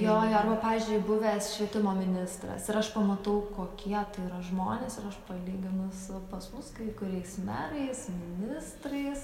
jo jo nu pavyzdžiui buvęs švietimo ministras ir aš pamatau kokie tai yra žmonės ir aš palyginu su pas mus kai kuriais merais ministrais ar